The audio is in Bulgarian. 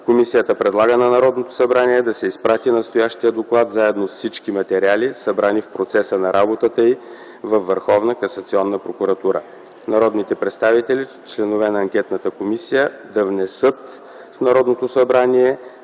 комисията предлага на Народното събрание да се изпрати настоящия доклад заедно с всички материали, събрани в процеса на работата й, във Върховната касационна прокуратура. 3. Народните представители, членове на анкетната комисия, да внесат в Народното събрание